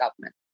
government